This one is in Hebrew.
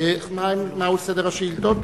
מהו סדר השאילתות?